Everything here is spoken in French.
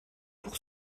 pour